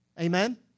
Amen